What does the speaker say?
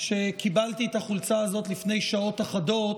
שקיבלתי את החולצה הזאת לפני שעות אחדות